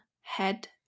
head